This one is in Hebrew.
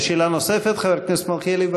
שאלה נוספת, חבר הכנסת מלכיאלי?